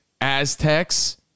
Aztecs